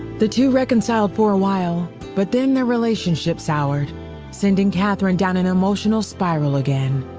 the two reconciled for a while but then their relationship soured sending katherine down an emotional spiral again.